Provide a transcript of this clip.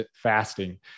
fasting